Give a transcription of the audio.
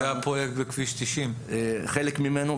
זה הפרויקט בכביש 90. חלק ממנו.